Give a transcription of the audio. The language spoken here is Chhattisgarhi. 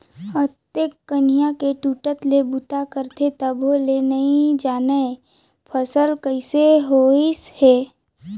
अतेक कनिहा के टूटट ले बूता करथे तभो ले नइ जानय फसल कइसना होइस है